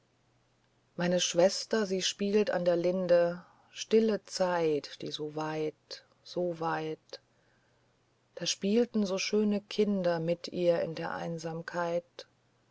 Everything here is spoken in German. meine schwester die spielt an der linde stille zeit wie so weit so weit da spielten so schöne kinder mit ihr in der einsamkeit